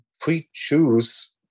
pre-choose